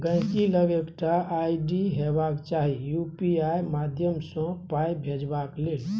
गांहिकी लग एकटा आइ.डी हेबाक चाही यु.पी.आइ माध्यमसँ पाइ भेजबाक लेल